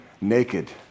naked